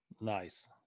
nice